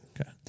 Okay